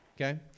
Okay